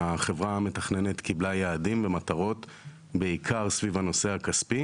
החברה המתכננת קיבלה יעדים ומטרות בעיקר סביב הנושא הכספי